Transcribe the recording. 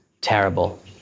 terrible